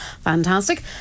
fantastic